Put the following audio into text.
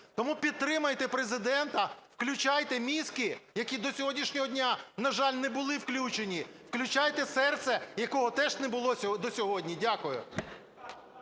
Тому підтримайте Президента, включайте мізки, які до сьогоднішнього дня, на жаль, не були включені. Включайте серце, якого теж не було до сьогодні. Дякую.